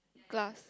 glass